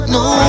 no